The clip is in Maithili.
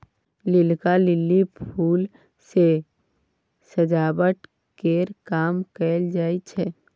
नीलका लिली फुल सँ सजावट केर काम कएल जाई छै